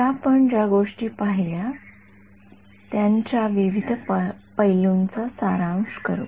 तर आपण ज्या गोष्टी पहिल्या त्यांच्या विविध पैलुंचा सारांश करू